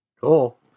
Cool